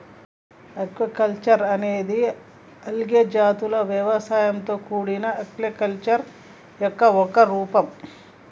aquaculture అనేది algae జాతుల వ్యవసాయంతో కూడిన ఆక్వాకల్చర్ యొక్క ఒక రూపం